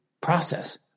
process